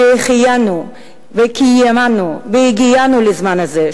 שהחיינו וקיימנו והגיענו לזמן הזה,